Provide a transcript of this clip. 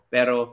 Pero